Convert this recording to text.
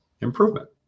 improvement